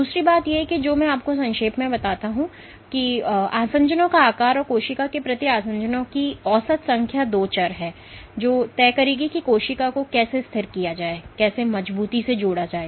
दूसरी बात जो मैं आपको संक्षेप में बताना चाहता हूं वह यह है कि आसंजनों का आकार और कोशिका के प्रति आसंजनों की औसत संख्या दो चर हैं जो यह तय करेंगे कि कोशिकाओं को कैसे स्थिर किया जाए या कोशिकाओं को कैसे मजबूती से जोड़ा जाए